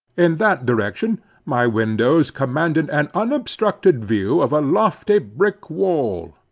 in that direction my windows commanded an unobstructed view of a lofty brick wall,